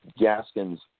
Gaskin's